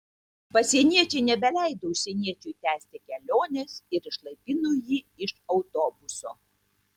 pasieniečiai nebeleido užsieniečiui tęsti kelionės ir išlaipino jį iš autobuso